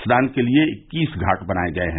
स्नान के लिए इक्कीस घाट बनाए गये हैं